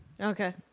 Okay